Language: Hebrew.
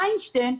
איינשטיין,